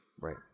Right